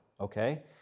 okay